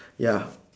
ya